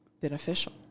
beneficial